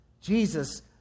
Jesus